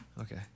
Okay